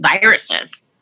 viruses